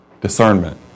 discernment